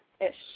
ish